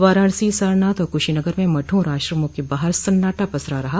वाराणसी सारनाथ और कुशीनगर में मठों और आश्रमों के बाहर सन्नाटा पसरा रहा